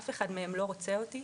אף אחד מהם לא רוצה אותי?